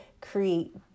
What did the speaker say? create